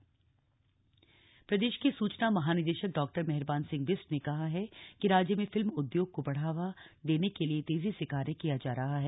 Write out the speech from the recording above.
film festival प्रदेश के सूचना महानिदेशक डॉ मेहरबान सिंह बिष्ट ने कहा है कि राज्य में फिल्म उद्योग को बढ़ावा देने के लिए तेजी से कार्य किया जा रहा है